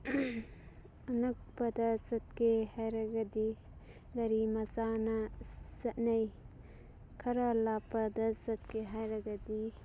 ꯑꯅꯛꯄꯗ ꯆꯠꯀꯦ ꯍꯥꯏꯔꯒꯗꯤ ꯒꯥꯔꯤ ꯃꯆꯥꯅ ꯆꯠꯅꯩ ꯈꯔ ꯂꯥꯞꯄꯗ ꯆꯠꯀꯦ ꯍꯥꯏꯔꯒꯗꯤ